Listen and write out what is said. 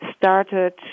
started